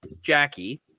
Jackie